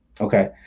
okay